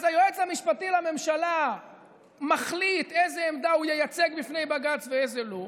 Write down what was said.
אז היועץ המשפטי לממשלה מחליט איזה עמדה הוא ייצג בפני בג"ץ ואיזה לא,